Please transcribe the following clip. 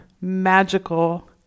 magical